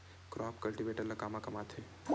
Crop cultivator ला कमा काम आथे?